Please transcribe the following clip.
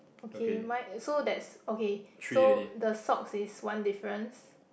okay mine so that's okay so the socks is one difference